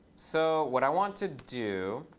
so what i want to do